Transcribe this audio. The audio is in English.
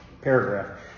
paragraph